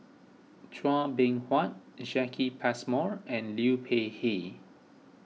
Chua Beng Huat Jacki Passmore and Liu Peihe